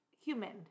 human